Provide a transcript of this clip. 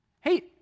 Hey